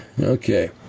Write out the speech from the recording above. okay